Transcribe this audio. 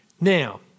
Now